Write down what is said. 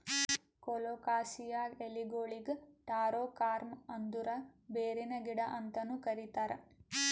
colocasia ಎಲಿಗೊಳಿಗ್ taro corm ಅಂದುರ್ ಬೇರಿನ ಗಿಡ ಅಂತನು ಕರಿತಾರ್